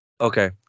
Okay